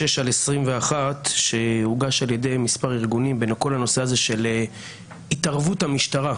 76/21 שהוגש על ידי מספר ארגונים בכל הנושא הזה של התערבות המשטרה